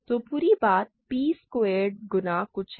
तो पूरी बात p स्क्वैरेड गुना कुछ है